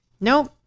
nope